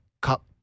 cup